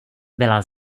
byla